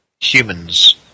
Humans